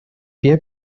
pie